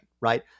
right